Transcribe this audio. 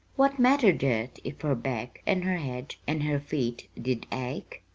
what mattered it if her back and her head and her feet did ache?